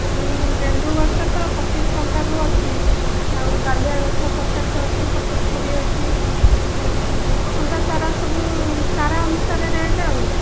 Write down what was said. ହଁ ଗେଣ୍ଡୁ ଗଛ ତ ପଚିଶ ଟଙ୍କାରୁ ଅଛି ଆଉ ଡାଲିଆ ଗଛ ପଚାଶ ଅଛି ପଞ୍ଚସ୍ତରୀ ଅଛି ଆଉ ସ ଅଲଗା ଚାରା ସବୁ ଚାରା ଅନୁସାରେ ରେଟ୍ ଆଉ